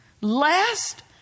Lest